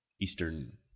eastern